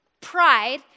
pride